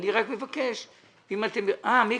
בסדר.